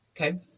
Okay